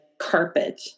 carpet